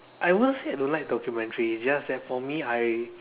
I won't say I don't like documentary it's just that for me I